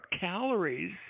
calories